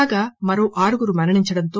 కాగా మరో ఆరుగురు మరణించటంతో